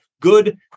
good